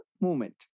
movement